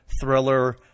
thriller